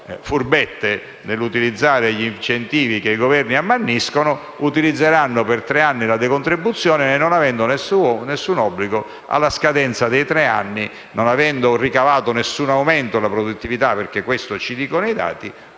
"furbette" nell'utilizzare gli incentivi che i Governi ammanniscono, utilizzeranno per tre anni la decontribuzione e, non avendo alcun obbligo e non avendo ricavato alcun aumento della produttività, perché questo ci dicono i dati,